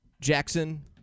Jackson